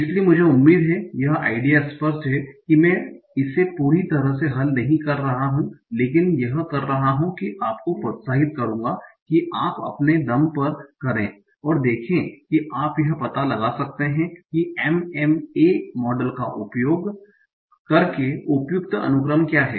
इसलिए मुझे उम्मीद है कि यह आइडिया स्पष्ट है कि मैं इसे पूरी तरह से हल नहीं कर रहा हूं लेकिन मैं यह कर रहा हु कि मैं आपको प्रोत्साहित करूंगा कि आप इसे अपने दम पर करें और देखें कि आप यह पता लगा सकते हैं कि MMA मॉडल का उपयोग करके उपयुक्त अनुक्रम क्या है